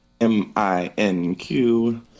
M-I-N-Q